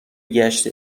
گشت